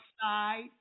side